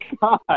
God